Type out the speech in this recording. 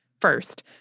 first